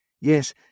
Yes